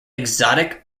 exotic